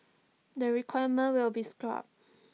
the requirement will be scrapped